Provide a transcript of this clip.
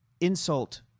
insult